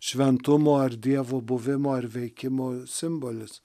šventumo ar dievo buvimo ar veikimo simbolis